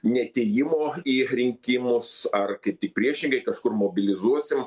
neatėjimo į rinkimus ar kaip tik priešingai kažkur mobilizuosim